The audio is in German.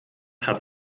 hat